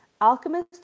Alchemist